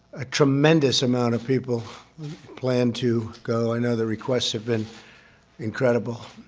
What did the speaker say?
a tremendous amount of people planned to go. i know the requests have been incredible.